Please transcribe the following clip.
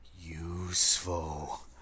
useful